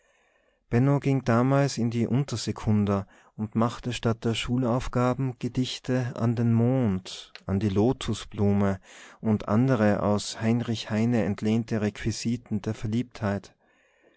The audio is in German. ging damals in die untersekunda und machte statt der schulaufgaben gedichte an den mond an die lotosblume und andere aus heinrich heine entlehnte requisiten der verliebtheit